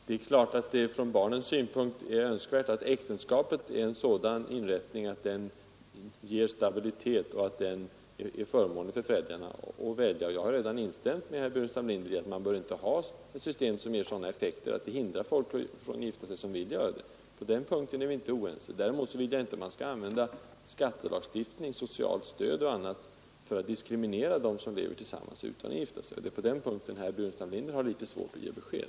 Herr talman! Ja, det är klart att det från barnens synpunkt är önskvärt att äktenskapet är en sådan inrättning att den ger stabilitet och att den erbjuder föräldrarna ett gott rättsskydd. Jag har redan instämt i herr Burenstam Linders uppfattning, att man inte bör ha ett system med sådana effekter att det hindrar folk från att gifta sig om de vill göra det. På den punkten är vi inte oense. Däremot vill jag inte att man skall använda skattelagstiftningen, socialstöd m.m. för att diskriminera dem som lever tillsammans utan att gifta sig. Det är på den punkten som herr Burenstam Linder har litet svårt att ge besked.